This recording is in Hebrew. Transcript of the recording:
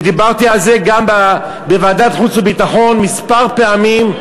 ודיברתי על זה גם בוועדת החוץ והביטחון כמה פעמים,